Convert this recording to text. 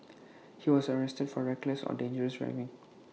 he was arrested for reckless or dangerous driving